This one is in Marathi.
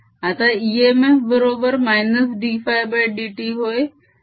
आता इएमएफ बरोबर -dφdt होय